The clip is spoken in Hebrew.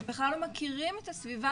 הם בכלל לא מכירים את הסביבה